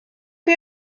chi